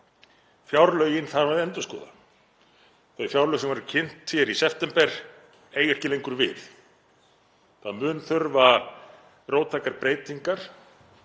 Fjárlögin þarf að endurskoða, þau fjárlög sem voru kynnt hér í september eiga ekki lengur við. Það mun þurfa róttækar breytingar,